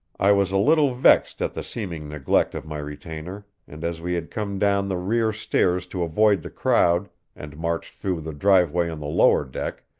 i was a little vexed at the seeming neglect of my retainer, and as we had come down the rear stairs to avoid the crowd and marched through the driveway on the lower deck,